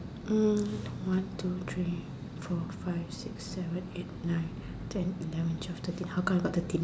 um one two three four five six seven eight nine ten eleven twelve thirteen how come I got thirteen